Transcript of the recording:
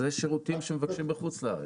זו שירותים שמבקשים בחוץ לארץ.